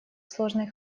сложный